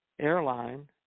airline